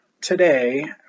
today